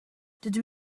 dydw